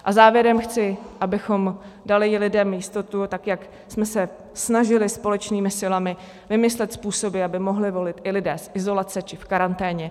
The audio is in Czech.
A závěrem chci, abychom dali lidem jistotu tak, jak jsme se snažili společnými silami vymyslet způsoby, aby mohli volit i lidé z izolace či v karanténě.